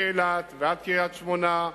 מאילת ועד קריית-שמונה,